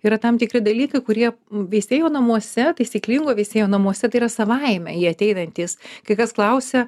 yra tam tikri dalykai kurie veisėjo namuose taisyklingo veisėjo namuose tai yra savaime jie ateinantys kai kas klausia